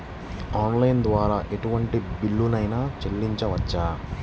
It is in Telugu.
ఆన్లైన్ ద్వారా ఎటువంటి బిల్లు అయినా చెల్లించవచ్చా?